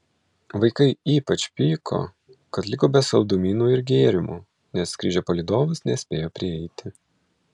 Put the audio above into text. vaikai ypač pyko kad liko be saldumynų ir gėrimų nes skrydžio palydovas nespėjo prieiti